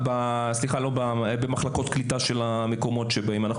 אולי במחלקות קליטה של המקומות שבהם אנחנו